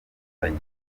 rwanda